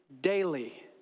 Daily